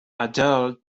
adele